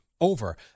over